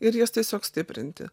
ir jas tiesiog stiprinti